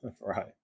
Right